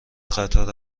قطار